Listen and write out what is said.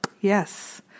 yes